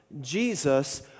Jesus